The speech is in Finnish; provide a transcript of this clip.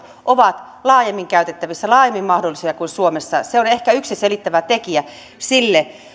ovat laajemmin käytettävissä laajemmin mahdollisia kuin suomessa se on ehkä yksi selittävä tekijä sille